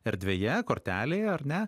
erdvėje kortelėje ar ne